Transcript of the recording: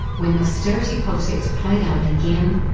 when austerity politics played out again,